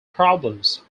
problems